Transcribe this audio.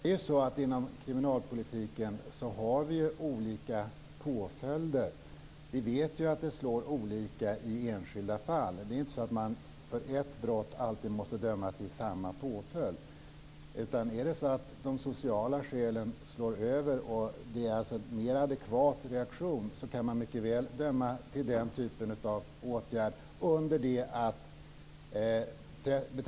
Herr talman! Det finns olika påföljder inom kriminalpolitiken. Vi vet att det slår olika i enskilda fall. Det döms inte alltid till samma påföljd för ett visst brott. Om de sociala skälen slår över kan det vara en mer adekvat reaktion att döma till den typen av åtgärder.